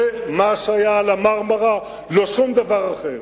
זה מה שהיה על ה"מרמרה", לא שום דבר אחר.